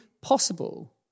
possible